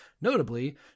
Notably